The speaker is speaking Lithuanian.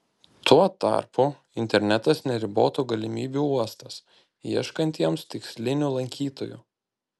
tuo tarpu internetas neribotų galimybių uostas ieškantiems tikslinių lankytojų